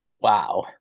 Wow